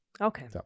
Okay